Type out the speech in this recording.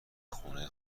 خونه